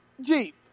Jeep